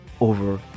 over